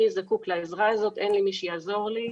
אני זקוק לעזרה הזאת, אין לי מי שיעזור לי,